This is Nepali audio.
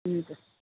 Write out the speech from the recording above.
हुन्छ